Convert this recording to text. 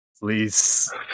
Please